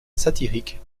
satiriques